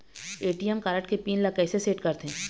ATM card के पिन ला कैसे सेट करथे?